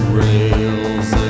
rails